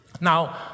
Now